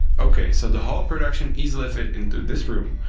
ok, so the whole production easily fit into this room,